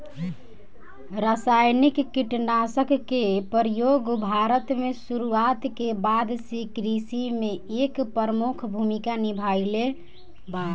रासायनिक कीटनाशक के प्रयोग भारत में शुरुआत के बाद से कृषि में एक प्रमुख भूमिका निभाइले बा